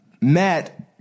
Matt